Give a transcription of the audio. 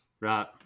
Right